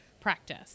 practice